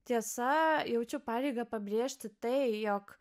tiesa jaučiu pareigą pabrėžti tai jog